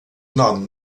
nom